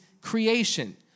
creation